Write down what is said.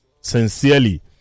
Sincerely